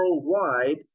worldwide